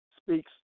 Speaks